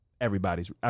everybody's